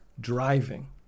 driving